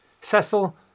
Cecil